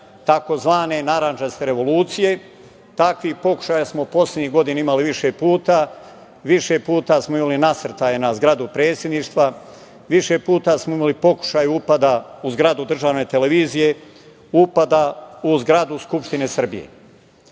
tzv. narandžaste revolucije. Takvih pokušaja smo poslednjih godina imali više puta, više puta smo imali nasrtaje na zgradu predsedništva, više puta smo imali pokušaj upada u zgradu državne televizije, upada u zgradu Skupštine